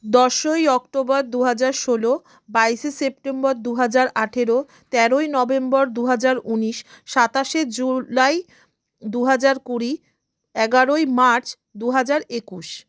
দশই অক্টোবর দু হাজার ষোলো বাইশে সেপ্টেম্বর দু হাজার আঠারো তেরোই নভেম্বর দু হাজার উনিশ সাতাশে জুলাই দু হাজার কুড়ি এগারোই মার্চ দু হাজার একুশ